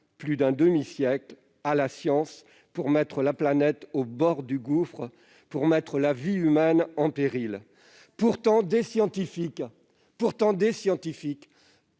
plus d'un demi-siècle à la science pour mettre la planète au bord du gouffre et la vie humaine en péril. Pourtant, des scientifiques, très tôt, avaient